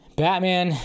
batman